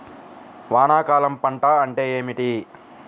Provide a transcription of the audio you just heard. వానాకాలం పంట అంటే ఏమిటి?